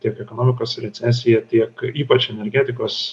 tiek ekonomikos recesija tiek ypač energetikos